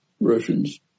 Russians